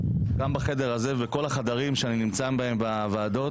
גם בחדר הזה ובכל החדרים שאני נמצא בהם בוועדות,